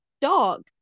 dog